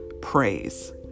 praise